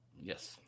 Yes